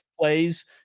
plays